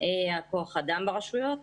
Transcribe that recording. כוח האדם ברשויות.